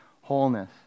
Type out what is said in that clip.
wholeness